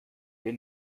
wir